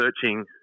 searching